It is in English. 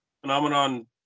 phenomenon